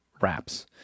wraps